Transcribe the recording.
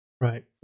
Right